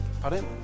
Pardon